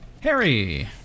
Harry